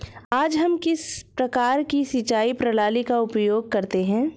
आज हम किस प्रकार की सिंचाई प्रणाली का उपयोग करते हैं?